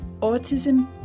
Autism